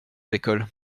l’école